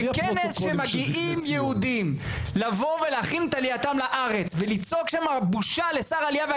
בכנס שמגיעים אליו יהודים שמכינים את עצמם לעלייה לארץ.